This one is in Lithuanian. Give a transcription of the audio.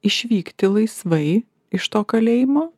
išvykti laisvai iš to kalėjimo